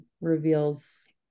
reveals